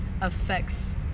affects